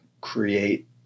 create